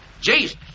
Jesus